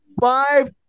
five